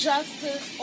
Justice